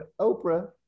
Oprah